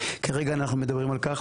כרגע אנחנו מדברים על כך.